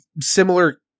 similar